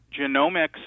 genomics